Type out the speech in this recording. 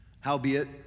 Howbeit